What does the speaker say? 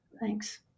Thanks